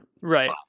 right